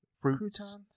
fruits